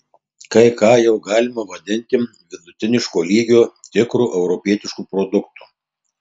kai ką jau galima vadinti vidutiniško lygio tikru europietišku produktu